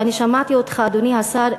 ואדוני השר,